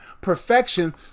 perfection